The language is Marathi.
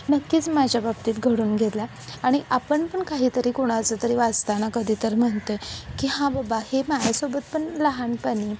नक्कीच माझ्या बाबतीत घडून गेली आहे आणि आपण पण काहीतरी कोणाचं तरी वाचताना कधी तर म्हणतो आहे की हां बाबा हे माझ्यासोबत पण लहानपणी